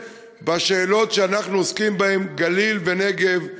בשאלות שאנחנו עוסקים בהן: גליל ונגב וירושלים.